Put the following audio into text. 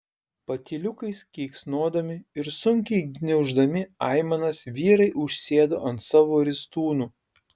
patyliukais keiksnodami ir sunkiai gniauždami aimanas vyrai užsėdo ant savo ristūnų